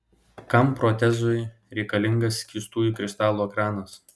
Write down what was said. kam protezui reikalingas skystųjų kristalų ekranas